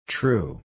True